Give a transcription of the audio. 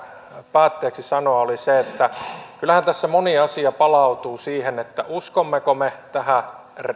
päätteeksi sanoa oli että kyllähän tässä moni asia palautuu siihen uskommeko me tähän